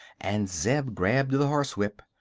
and zeb grabbed the horse-whip.